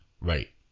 Right